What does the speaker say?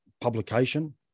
publication